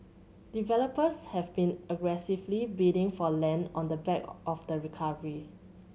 developers have been aggressively bidding for land on the back of the recovery